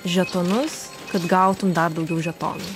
žetonus kad gautum dar daugiau žetonų